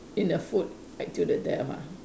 in a food fight to the death ah